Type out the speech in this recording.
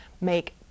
make